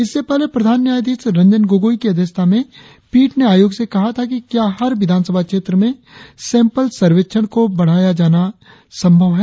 इससे पहले प्रधान न्यायाधीश रंजन गोगोई की अध्यक्षता में पीठ ने आयोग से कहा था कि क्या हर विधानसभा क्षेत्र में सैंपल सर्वेक्षण को बढ़ाया जाना संभव है